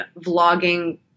vlogging